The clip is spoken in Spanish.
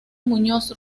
muñoz